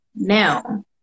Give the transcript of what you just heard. now